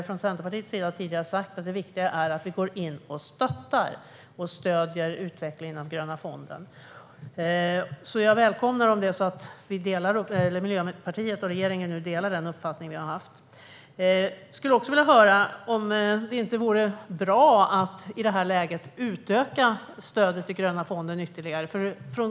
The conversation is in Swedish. Från Centerpartiets sida har vi tidigare sagt att det viktiga är att vi går in och stöder utvecklingen av den gröna fonden, så jag välkomnar om Miljöpartiet och regeringen nu delar den uppfattningen. Jag skulle också vilja höra om det inte vore bra att i det här läget utöka stödet till den gröna fonden ytterligare.